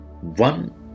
One